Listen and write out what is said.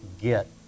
get